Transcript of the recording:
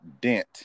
dent